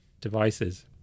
devices